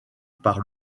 par